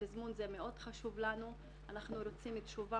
התזמון מאוד חשוב לנו ואנחנו רוצים תשובה